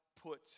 put